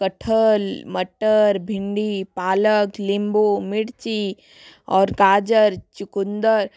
कठल मटर भिंडी पालक नींबू मिर्ची और गाजर चुकुन्दर